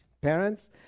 Parents